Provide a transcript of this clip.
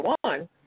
one